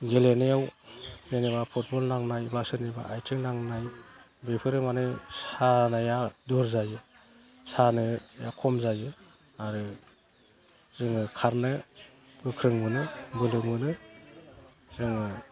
गेलेनायाव जेनेबा फुटबल नांनाय बा सोरनिबा आथिं नांनाय बेफोरो माने सानाया दुर जायो सानाया खम जायो आरो जोङो खारनो गोख्रों मोनो बोलो मोनो जोङो